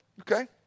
okay